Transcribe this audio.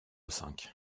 cinq